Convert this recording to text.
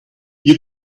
you